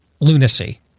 lunacy